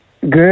Good